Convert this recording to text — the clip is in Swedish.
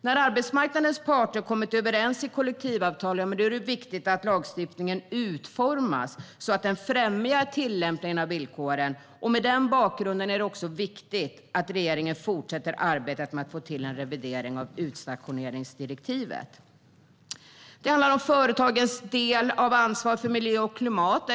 När arbetsmarknadens parter har kommit överens i kollektivavtal är det viktigt att lagstiftningen utformas så att den främjar tillämpningen av villkoren. Med den bakgrunden är det också viktigt att regeringen fortsätter arbetet med att få till en revidering av utstationeringsdirektivet. Det handlar om företagens del i ansvaret för miljö och klimat.